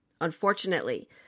Unfortunately